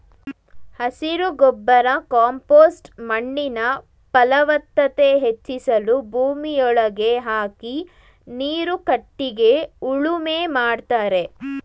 ಹಸಿರು ಗೊಬ್ಬರ ಕಾಂಪೋಸ್ಟ್ ಮಣ್ಣಿನ ಫಲವತ್ತತೆ ಹೆಚ್ಚಿಸಲು ಭೂಮಿಯೊಳಗೆ ಹಾಕಿ ನೀರು ಕಟ್ಟಿಗೆ ಉಳುಮೆ ಮಾಡ್ತರೆ